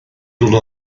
dolu